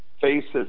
faces